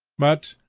but,